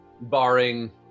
barring